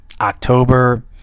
october